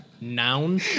Noun